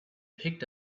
picked